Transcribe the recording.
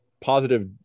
positive